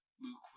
Luke